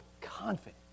confident